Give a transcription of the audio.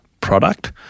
product